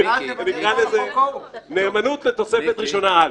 ונקרא לזה נאמנות לתוספת ראשונה א'...